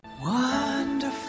Wonderful